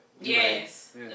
Yes